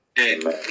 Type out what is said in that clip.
Amen